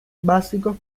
básicos